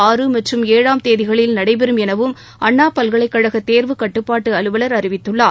ஆறு மற்றும் ஏழாம் தேதிகள் நடைபெறும் எனவும் அண்ணா பல்கலைக்கழக தேர்வு கட்டுப்பாட்டு அலுவல் அறிவித்துள்ளார்